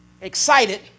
excited